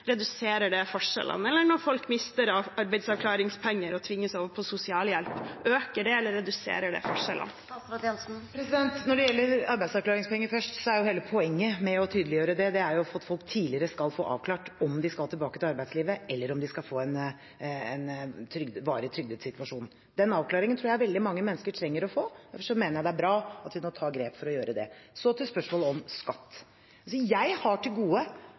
reduserer det forskjellene? Eller når folk mister arbeidsavklaringspenger og tvinges over på sosialhjelp, øker det eller reduserer det forskjellene? Først: Når det gjelder arbeidsavklaringspenger, er jo hele poenget med å tydeliggjøre det at folk tidligere skal få avklart om de skal tilbake til arbeidslivet, eller om de skal få en varig trygdet situasjon. Den avklaringen tror jeg veldig mange mennesker trenger å få. Derfor mener jeg det er bra at vi nå tar grep for å gjøre det. Så til spørsmålet om skatt. Jeg har til gode